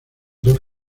dos